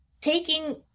taking